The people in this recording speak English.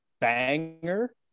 banger